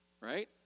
Right